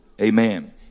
Amen